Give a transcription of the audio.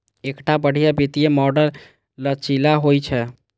एकटा बढ़िया वित्तीय मॉडल लचीला होइ छै